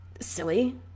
silly